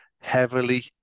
Heavily